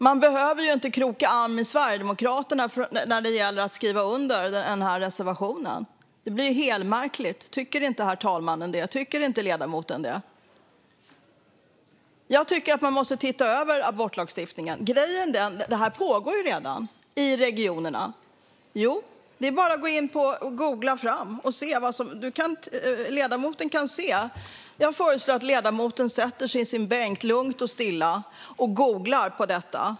Man behöver inte kroka arm med Sverigedemokraterna när det gäller att skriva under reservationen. Det blir ju helmärkligt! Tycker inte herr talmannen det, och tycker inte ledamoten det? Jag tycker att man måste titta över abortlagstiftningen. Grejen är att det här redan pågår i regionerna. Det är bara för ledamoten att googla och se det. Jag föreslår att ledamoten lugnt och stilla sätter sig i sin bänk och googlar på detta.